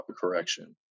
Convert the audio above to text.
correction